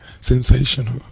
Sensational